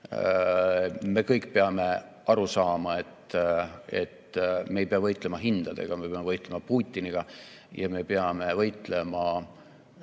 Me kõik peame aru saama, et me ei pea võitlema hindadega, vaid me peame võitlema Putiniga ja me peame võitlema